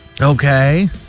Okay